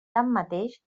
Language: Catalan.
tanmateix